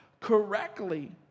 correctly